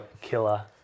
killer